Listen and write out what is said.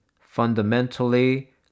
fundamentally